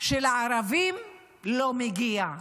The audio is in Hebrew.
שלערבים לא מגיע.